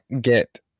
get